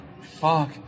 Fuck